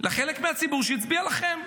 לחלק מהציבור שהצביע לכם.